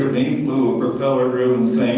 flew a propeller driven